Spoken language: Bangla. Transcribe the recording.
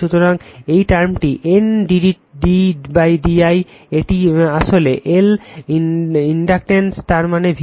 সুতরাং এই টার্মটি N d d i এটি আসলে L ইন্ডাকটেন্স যার মানে v